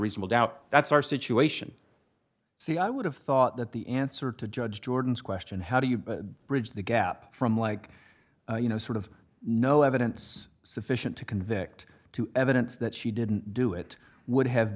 reasonable doubt that's our situation see i would have thought that the answer to judge jordan's question how do you bridge the gap from like you know sort of no evidence sufficient to convict to evidence that she didn't do it would have